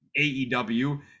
AEW